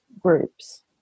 groups